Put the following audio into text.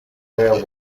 railway